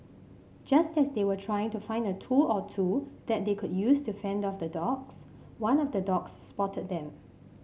just as they were trying to find a tool or two that they could use to fend off the dogs one of the dogs spotted them